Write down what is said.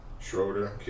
Schroeder